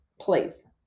please